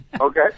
okay